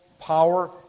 power